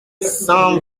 cent